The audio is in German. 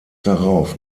darauf